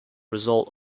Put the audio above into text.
result